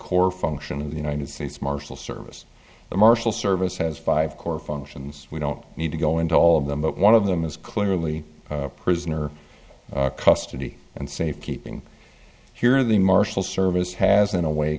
core function of the united states marshal service the marshal service has five core functions we don't need to go into all of them but one of them is clearly prisoner custody and safekeeping here the marshal service has in a way